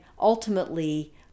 ultimately